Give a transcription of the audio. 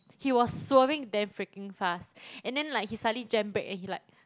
he was swerving damn freaking fast and then like he suddenly jam break and he like